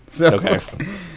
Okay